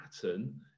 pattern